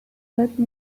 let